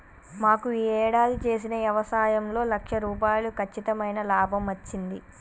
మాకు యీ యేడాది చేసిన యవసాయంలో లక్ష రూపాయలు కచ్చితమైన లాభమచ్చింది